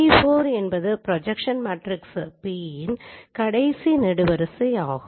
P4 என்பது projection matrix P இன் கடைசி நெடுவரிசையாகும்